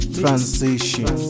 transition